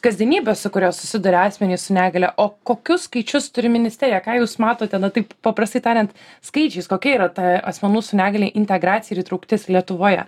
kasdienybę su kuria susiduria asmenys su negalia o kokius skaičius turi ministerija ką jūs matote na taip paprastai tariant skaičiais kokia yra ta asmenų su negalia integracija ir įtrauktis lietuvoje